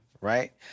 Right